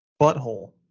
Butthole